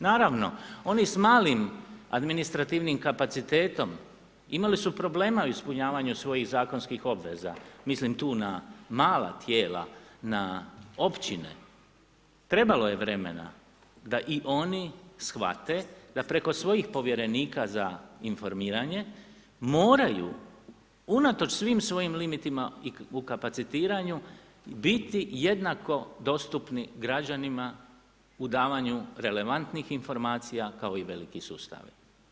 Naravno, oni s malim administrativnim kapacitetom imali su problema u ispunjavanju svojih zakonskih obveza, mislim tu na mala tijela, na općine, trebalo je vremena da i oni shvate da preko svojih povjerenika za informiranje moraju unatoč svim svojim limitima u kapacitiranju biti jednako dostupni građanima u davanju relevantnih informacija kao i veliki sustavi.